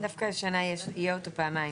דווקא השנה יהיה אותו פעמיים.